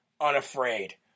unafraid